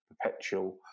perpetual